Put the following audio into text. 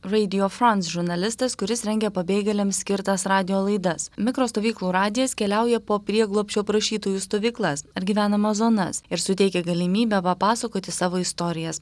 reidijo frans žurnalistas kuris rengia pabėgėliams skirtas radijo laidas mikrostovyklų radijas keliauja po prieglobsčio prašytojų stovyklas ar gyvenamas zonas ir suteikia galimybę papasakoti savo istorijas